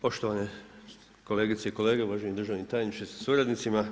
Poštovane kolegice i kolege, uvaženi državni tajniče sa suradnicima.